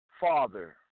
father